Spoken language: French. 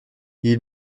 ils